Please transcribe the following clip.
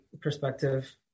perspective